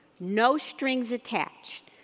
no strings attached.